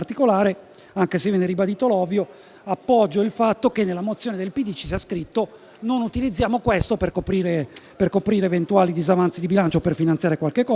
anche se viene ribadito l'ovvio, appoggio il fatto che nella mozione n. 100 ci sia scritto che non utilizzeremo questo oro per coprire eventuali disavanzi di bilancio o per finanziare qualcosa